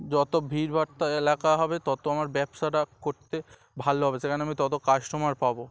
যত ভিড়ভাট্টা এলাকা হবে তত আমার ব্যবসাটা করতে ভালো হবে সেখানে আমি তত কাস্টমার পাব